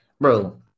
bro